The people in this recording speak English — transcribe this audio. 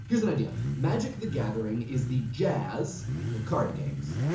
here's an idea. magic the gathering is the jazz of card games,